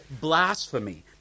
blasphemy